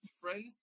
friends